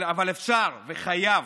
אבל אפשר, וחייבים,